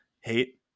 Hate